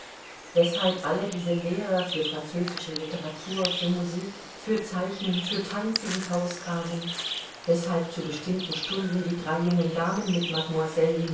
weshalb alle diese lehrer für französische literatur für musik für zeichnen für tanzen ins haus kamen weshalb zu bestimmten stunden die drei jungen damen mit mademoiselle